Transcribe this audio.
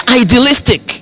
idealistic